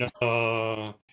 No